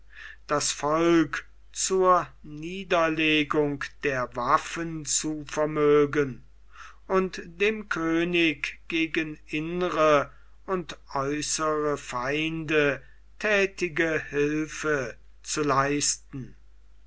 das volk zur niederlegung der waffen zu vermögen und dem könig gegen innere und äußere feinde thätige hilfe zu leisten